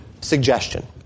suggestion